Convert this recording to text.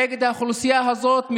נגד האוכלוסייה הזאת,